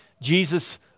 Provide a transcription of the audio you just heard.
Jesus